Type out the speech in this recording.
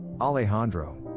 Alejandro